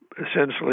essentially